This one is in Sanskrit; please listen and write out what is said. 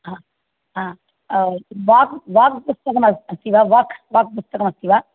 हा हा बाहु बाहु पुस्तकम् अस्ति वा वाक् पुस्तकमस्ति वा